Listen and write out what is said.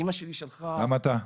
גם אתה.